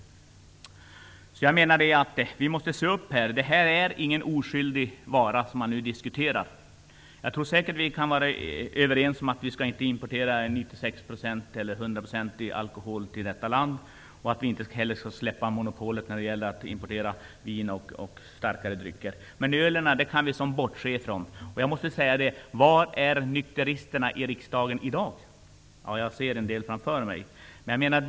Vi måste se upp. Det vi nu diskuterar är ingen oskyldig vara. Jag tror att vi kan vara överens om att vi inte skall importera 96-procentig eller 100 procentig alkohol till detta land och att vi inte heller skall släppa monopolet när det gäller att importera vin och starkare drycker, men ölen bortser vi ifrån. Var är riksdagens nykterister i dag? Jag ser en del framför mig i kammaren.